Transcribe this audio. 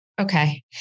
Okay